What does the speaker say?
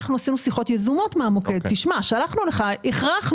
אנחנו עשינו שיחות יזומות מהמוקד ואמרנו לאדם ששלחנו לו מכתב.